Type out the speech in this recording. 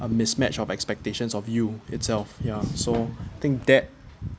a mismatch of expectations of you itself ya so think that